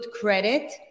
credit